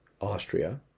Austria